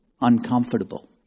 uncomfortable